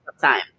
time